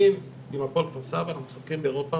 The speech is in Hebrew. אני עם הפועל כפר-סבא משחקים באירופה,